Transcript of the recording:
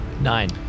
Nine